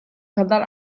kadar